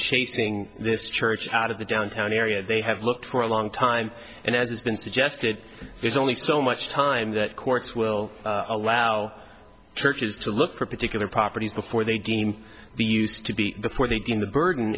chasing this church out of the downtown area they have looked for a long time and as has been suggested there's only so much time that courts will allow churches to look for particular properties before they deem the used to be before they deem the burden